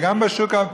וגם בשוק,